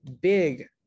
big